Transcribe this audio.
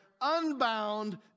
unbound